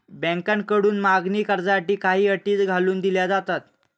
बँकांकडून मागणी कर्जासाठी काही अटी घालून दिल्या जातात